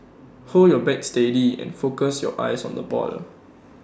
hold your bat steady and focus your eyes on the ball